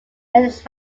his